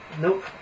Nope